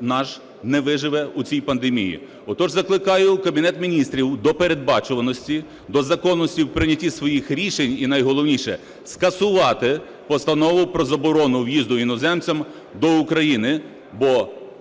наш не виживе у цій пандемії. Отож закликаю Кабінет Міністрів до передбачуваності, до законності у прийнятті своїх рішень і найголовніше – скасувати Постанову про заборону в'їзду іноземцям до України, бо